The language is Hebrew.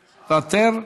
מוותר,